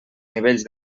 nivells